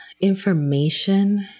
information